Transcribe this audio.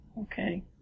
Okay